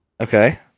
Okay